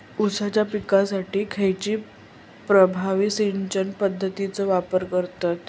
ऊसाच्या पिकासाठी खैयची प्रभावी सिंचन पद्धताचो वापर करतत?